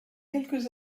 quelques